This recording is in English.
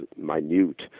minute